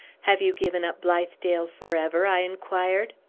have you given up blithedale forever? i inquired.